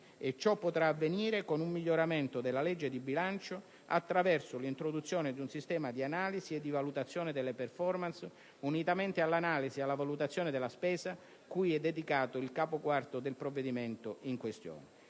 ciò potrà avvenire con un miglioramento della legge di bilancio attraverso l'introduzione di un sistema di analisi e di valutazione delle *performance* unitamente all'analisi e alla valutazione della spesa cui è dedicato il Capo IV del provvedimento in questione.